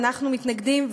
אנחנו מתנגדים,